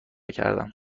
کردم